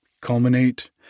culminate